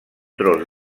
tros